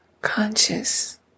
conscious